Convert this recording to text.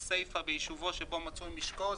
בסיפה: "...ביישובו שבו מצוי משקו".